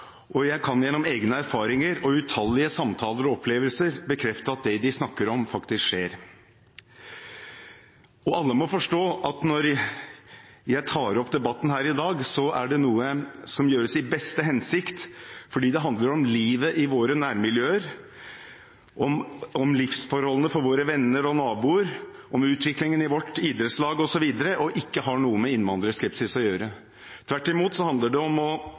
og jeg kan gjennom egne erfaringer og utallige samtaler og opplevelser bekrefte at det de snakker om, faktisk skjer. Alle må forstå at når jeg tar opp debatten her i dag, er det noe som gjøres i den beste hensikt, fordi det handler om livet i våre nærmiljøer, om livsforholdene for våre venner og naboer, om utviklingen i vårt idrettslag osv., og ikke har noe med innvandrerskepsis å gjøre. Tvert imot handler det om å